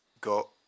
got